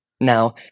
Now